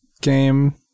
game